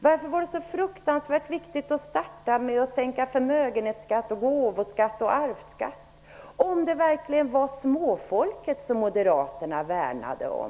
Varför var det så fruktansvärt viktigt att starta med att sänka förmögenhetsskatt, gåvoskatt och arvsskatt om det verkligen var småfolket som Moderaterna värnade om?